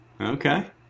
Okay